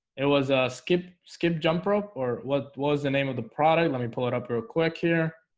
it was a skip skip jump rope or what was the name of the product? let me pull it up real quick here